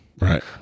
Right